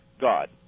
God